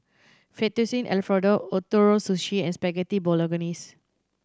Fettuccine Alfredo Ootoro Sushi and Spaghetti Bolognese